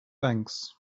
banks